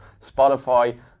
Spotify